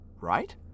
right